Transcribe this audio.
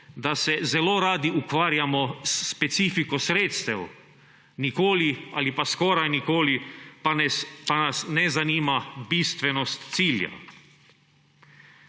da se zelo radi ukvarjamo s specifiko sredstev, nikoli ali pa skoraj nikoli pa nas ne zanima bistvenost cilja.